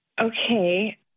Okay